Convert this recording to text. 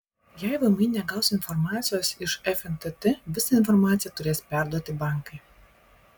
jei vmi negaus informacijos iš fntt visą informaciją turės perduoti bankai